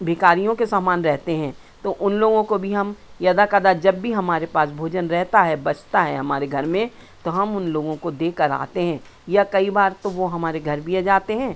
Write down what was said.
भिखारियों के समान रहते हैं तो उन लोगों को भी हम यदा कदा जब भी हमारे पास भोजन रहता है बचता है हमारे घर में तो हम उन लोगों को देकर आते हैं या कई बार तो वो हमारे घर भी आ जाते हैं